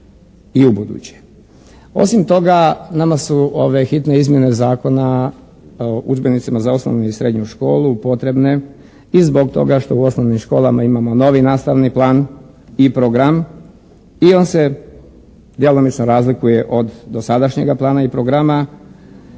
i u buduće. Osim toga nama su ove hitne izmjene Zakona o udžbenicima za osnovnu i srednju školu potrebne i zbog toga što u osnovnim školama imamo novi nastavni plan i program i on se djelomično razlikuje od dosadašnjega plana i programa.